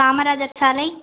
காமராஜர் சாலை